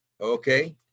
Okay